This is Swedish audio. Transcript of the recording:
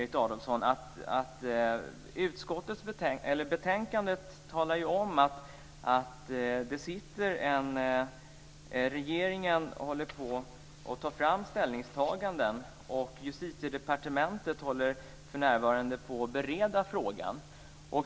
I betänkandet sägs det att regeringen håller på att ta fram ställningstaganden, och Justitiedepartementet håller för närvarande på att bereda frågan.